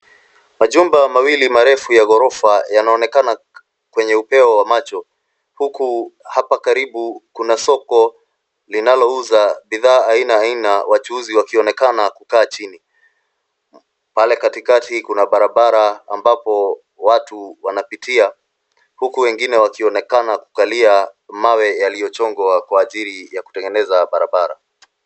Majumba mawili marefu ya ghorofa yanaonekana kwenye upeo wa macho huku hapa karibu kuna soko linalouza bidhaa ainaaina wachuuzi wakioneka kukaa chini. Pale katikati kuna barabara ambapo watu wanapitia huku wengine wakionekana kukalia mawe yaliyochongwa kwa ajili ya kutengeneza barabara.